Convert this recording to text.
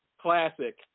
Classic